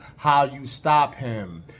howyoustophim